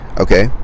okay